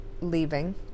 leaving